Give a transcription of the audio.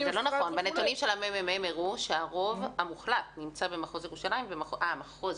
הנתונים של הממ"מ הראו שהרוב המוחלט נמצא במחוז ירושלים ובמרכז.